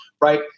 right